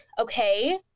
okay